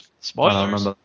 Spoilers